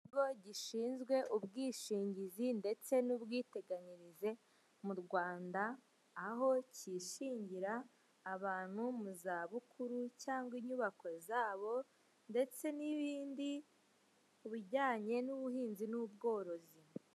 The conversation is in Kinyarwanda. Ikigo gishinzwe ubwishingizi ndetse n'ubwiteganyirize mu Rwanda, aho cyishingira abantu mu zabukuru cyangwa inyubako zabo ndetse n'ibindi, mu bijyanye n'ubuhinzi n'ubworozi.